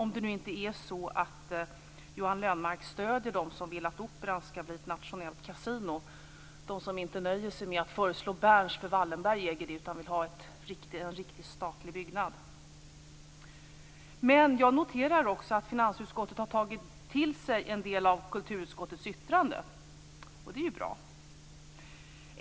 Men det är kanske så att Johan Lönnroth stöder dem som vill att Operan skall bli ett nationellt kasino. Det finns ju de som inte nöjer sig med att förslå Berns eftersom Wallenberg äger det, utan vill ha en riktig statlig byggnad. Jag noterar också att finansutskottet har tagit till sig en del av kulturutskottets yttrande. Och det är ju bra.